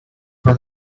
from